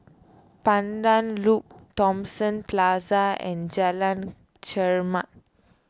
Pandan Loop Thomson Plaza and Jalan Chermat